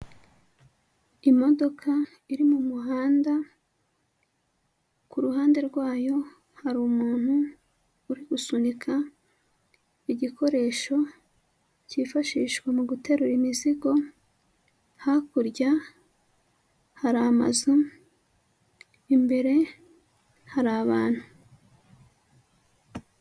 Imodoka iri mu muhanda, ku ruhande rwayo hari umuntu uri gusunika igikoresho kifashishwa mu guterura imizigo, hakurya hari amazu imbere hari abantu.